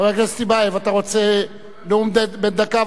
חבר הכנסת טיבייב, אתה רוצה נאום בן דקה?